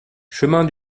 chemin